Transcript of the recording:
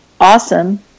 awesome